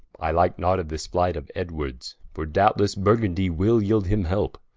i like not of this flight of edwards for doubtlesse, burgundie will yeeld him helpe,